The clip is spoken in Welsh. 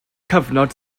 cyfnod